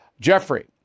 Jeffrey